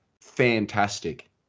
fantastic